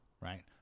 Right